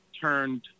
turned